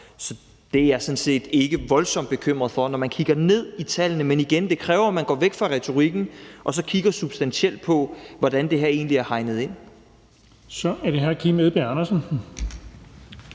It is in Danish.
Så det er jeg sådan set ikke voldsomt bekymret for, når man kigger ned i tallene, men igen kræver det, at man går væk fra retorikken og så kigger substantielt på, hvordan det her egentlig er hegnet ind. Kl. 17:58 Den fg. formand